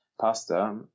pasta